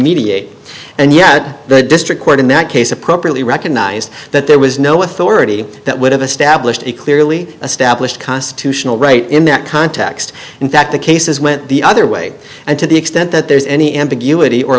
mediate and yet the district court in that case appropriately recognized that there was no authority that would have established a clearly established constitutional right in that context in fact the cases went the other way and to the extent that there's any ambiguity or